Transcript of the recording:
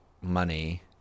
money